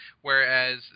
whereas